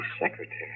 secretary